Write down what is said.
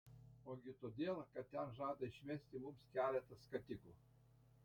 ogi todėl kad ten žada išmesti mums keletą skatikų